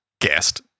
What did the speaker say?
guest